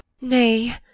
Nay